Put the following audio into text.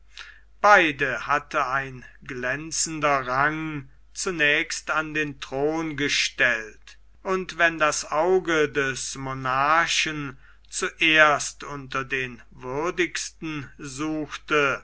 beide hatte ein glänzender rang zunächst an den thron gestellt und wenn das auge des monarchen zuerst unter den würdigsten suchte